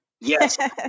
Yes